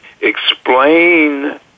explain